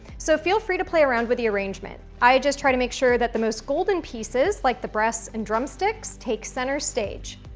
so feel free to play around with the arrangement. i just tried to make sure that the most golden pieces like the breasts and drumsticks take center stage.